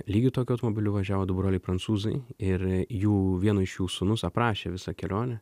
lygiai tokiu automobiliu važiavo du broliai prancūzai ir jų vieno iš jų sūnus aprašė visą kelionę